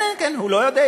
כן, כן, הוא לא יודע.